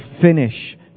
finish